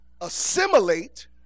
assimilate